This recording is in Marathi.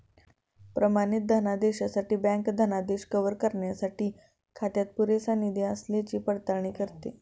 प्रमाणित धनादेशासाठी बँक धनादेश कव्हर करण्यासाठी खात्यात पुरेसा निधी असल्याची पडताळणी करते